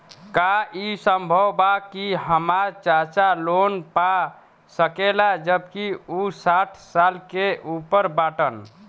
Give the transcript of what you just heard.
का ई संभव बा कि हमार चाचा लोन पा सकेला जबकि उ साठ साल से ऊपर बाटन?